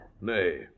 Nay